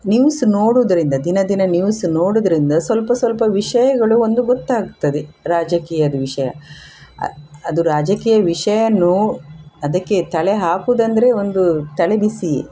news ನೋಡುವುದ್ರಿಂದ ದಿನ ದಿನ ನ್ಯೂಸ್ ನೋಡುವುದ್ರಿಂದ ಸ್ವಲ್ಪ ಸ್ವಲ್ಪ ವಿಷಯಗಳು ಒಂದು ಗೊತ್ತಾಗ್ತದೆ ರಾಜಕೀಯದ ವಿಷಯ ಅದು ರಾಜಕೀಯ ವಿಷಯ ನೋ ಅದಕ್ಕೆ ತಲೆ ಹಾಕುವುದಂದ್ರೆ ಒಂದು ತಲೆ ಬಿಸಿ